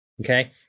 okay